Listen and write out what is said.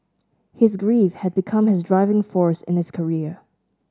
his grief had become his driving force in his career